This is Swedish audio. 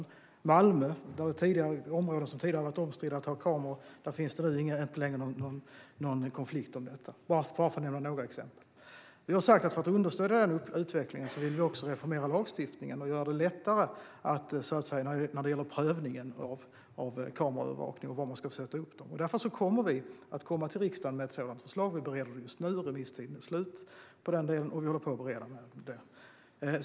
I Malmö finns det områden där det tidigare har varit omstritt med kameror, och där finns det inte längre någon konflikt om detta - bara för att nämna några exempel. Regeringen har sagt att för att understödja denna utveckling vill vi också reformera lagstiftningen och göra det lättare när det gäller prövningen av kameraövervakningen och var man ska sätta upp kamerorna. Därför kommer vi att komma till riksdagen med ett sådant förslag. Vi håller på och bereder det just nu, och remisstiden är slut.